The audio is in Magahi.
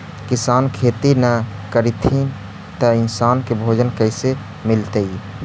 किसान खेती न करथिन त इन्सान के भोजन कइसे मिलतइ?